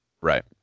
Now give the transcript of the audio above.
right